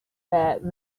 that